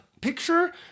picture